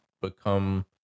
become